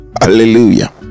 Hallelujah